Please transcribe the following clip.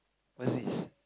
what's this